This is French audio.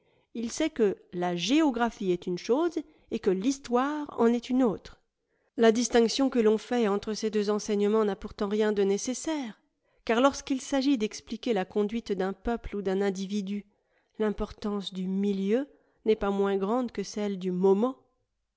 il sait que la géographie est une chose et que l'histoire en est une autre la distinction que l'on fait entre ces deux enseignements n'a pourtant rien de nécessaire car lorsqu'il s'agit d'expliquer la conduite d'un peuple ou d'un individu l'importance du milieu n'est pas moins grande que celle du moment